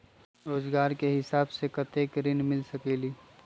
रोजगार के हिसाब से कतेक ऋण मिल सकेलि?